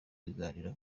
biganiro